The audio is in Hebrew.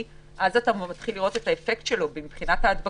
מסוים ואתה מתחיל לראות את האפקט שלו מבחינת ההדבקות,